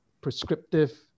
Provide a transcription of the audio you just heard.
prescriptive